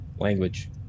language